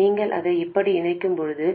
நீங்கள் அதை இப்படி இணைக்கும்போது